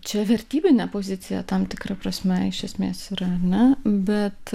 čia vertybinė pozicija tam tikra prasme iš esmės yra ar ne bet